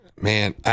Man